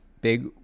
Big